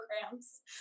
programs